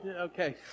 Okay